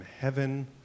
heaven